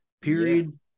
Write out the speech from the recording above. period